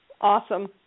Awesome